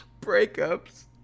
breakups